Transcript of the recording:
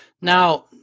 Now